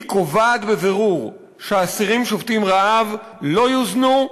היא קובעת בבירור שאסירים שובתים רעב לא יוזנו,